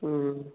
ம் ம்